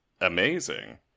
amazing